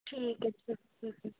ਠੀਕ ਹੈ ਠੀਕ ਠੀਕ